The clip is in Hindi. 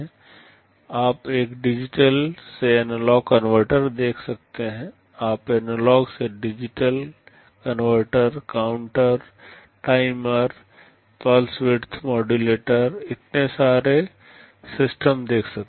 आप एक डिजिटल से एनालॉग कनवर्टर देख सकते हैं आप एनालॉग से digital converter counter timer pulse width modulator इतने सारे सिस्टम देख सकते हैं